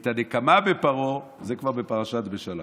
הנקמה בפרעה היא כבר בפרשת בשלח.